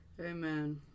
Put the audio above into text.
Amen